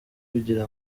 kugira